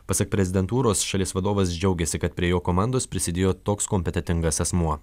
pasak prezidentūros šalies vadovas džiaugėsi kad prie jo komandos prisidėjo toks kompetentingas asmuo